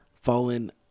fallen